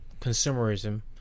consumerism